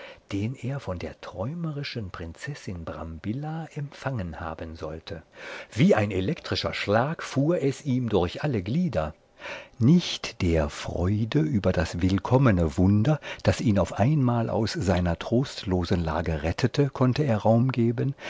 den er von der träumerischen prinzessin brambilla empfangen haben sollte wie ein elektrischer schlag fuhr es ihm durch alle glieder nicht der freude über das willkommene wunder das ihn auf einmal aus seiner trostlosen lage rettete konnte er raum geben